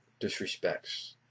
disrespects